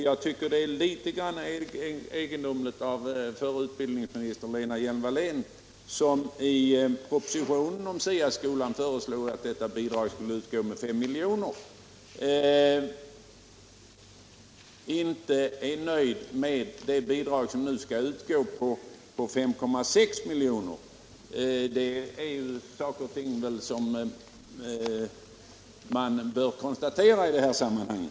Jag tycker vidare att det är litet egendomligt att f. d. utbildningsministern Lena Hjelm-Wallén, som i SIA-propositionen föreslog att bidraget skulle utgå med 5 milj.kr., inte är nöjd med det bidrag på 5,6 miljoner som nu skall utgå, ett faktum som man bör konsta Nr 84 tera i detta sammanhang.